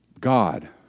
God